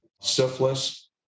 syphilis